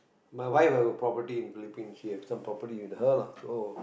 my wife I will probably live in here with some property in her lah so